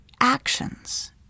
actions